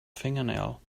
fingernail